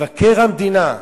מבקר המדינה.